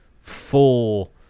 full